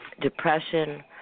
depression